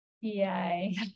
Yay